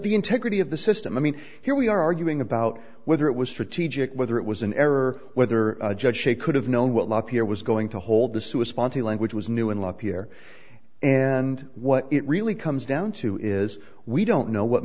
the integrity of the system i mean here we are arguing about whether it was strategic whether it was an error or whether a judge she could have known well not here was going to hold the su a sponsor language was new in la pierre and what it really comes down to is we don't know what